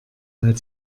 weil